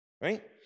right